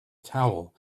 towel